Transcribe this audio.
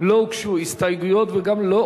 לא הוגשו הסתייגויות וגם לא